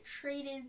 traded